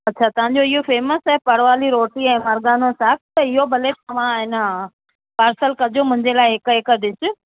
अच्छा तव्हांजो इहो फ़ेमस आहे पड़वाली रोटी ऐं मरघानो साकु त इहो भले तव्हां ए न पार्सल कजो मुंहिंजे लाइ हिक हिक डिश